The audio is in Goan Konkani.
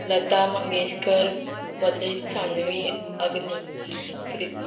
लता मंगेशकर पलेश सानवी अग्नी क्रि